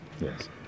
Yes